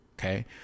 Okay